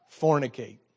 fornicate